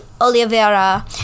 Oliveira